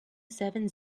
seven